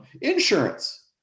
insurance